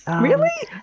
really!